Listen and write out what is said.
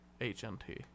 H-N-T